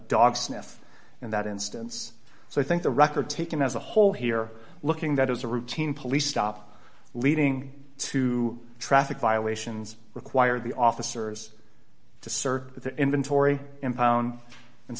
dog sniff in that instance so i think the record taken as a whole here looking that is a routine police stop leading to traffic violations require the officers to search the inventory impound and